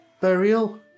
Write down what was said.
burial